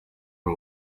ari